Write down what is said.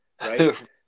right